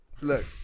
look